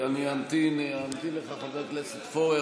אני אמתין לך, חבר הכנסת פורר.